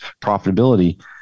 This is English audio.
profitability